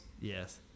Yes